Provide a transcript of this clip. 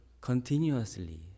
continuously